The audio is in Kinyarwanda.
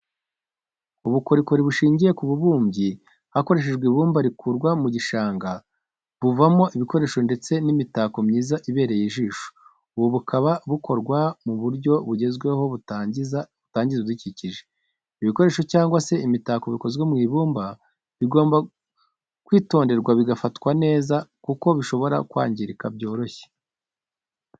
Ubukorikori bushingiye ku bubumbyi hakoreshejwe ibumba rikurwa mu gishanga buvamo ibikoresho ndetse n'imitako myiza ibereye ijisho, ubu bukaba bukorwa mu buryo bugezweho butangiza ibidukikije. Ibikoresho cyangwa se imitako bikozwe mu ibumba bigomba kwitonderwa bigafatwa neza kuko bishobora kwangirika byoroshye.